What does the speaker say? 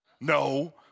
No